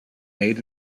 made